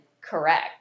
correct